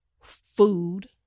food